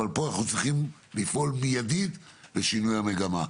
אבל פה אנחנו צריכים לפעול מיידית לשינוי המגמה.